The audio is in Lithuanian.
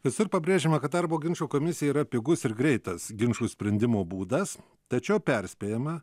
visur pabrėžiama kad darbo ginčų komisija yra pigus ir greitas ginčų sprendimo būdas tačiau perspėjama